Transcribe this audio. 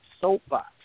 soapbox